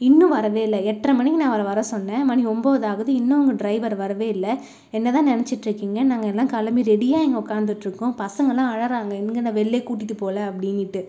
இன்னும் வரவே இல்லை எட்டர மணிக்கு நான் அவரை வர சொன்னேன் மணி ஒம்பது ஆகுது இன்னும் உங்கள் ட்ரைவர் வரவே இல்லை என்னதான் நினச்சிட்ருக்கிங்க நாங்கள் எல்லாம் கிளம்பி ரெடியாக அங்கே உட்காந்துட்ருக்கோம் பசங்கள்லாம் அழறாங்க எங்கே நான் வெளியில் கூட்டிட்டு போகல அப்படினுட்டு